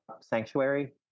sanctuary